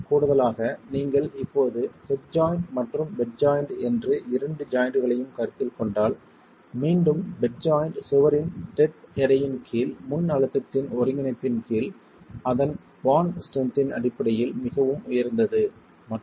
கூடுதலாக நீங்கள் இப்போது ஹெட் ஜாய்ண்ட் மற்றும் பெட் ஜாய்ண்ட் என்று இரண்டு ஜாய்ண்ட்களையும் கருத்தில் கொண்டால் மீண்டும் பெட் ஜாய்ண்ட் சுவரின் டெட் எடையின் கீழ் முன்அழுத்தத்தின் ஒருங்கிணைப்பின் கீழ் அதன் பாண்ட் ஸ்ட்ரென்த்தின் அடிப்படையில் மிகவும் உயர்ந்தது மற்றும்